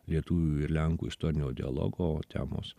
lietuvių ir lenkų istorinio dialogo temos